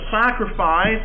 sacrifice